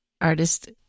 artist